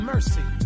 Mercy